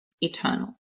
eternal